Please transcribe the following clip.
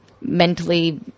mentally